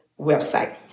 website